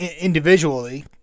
Individually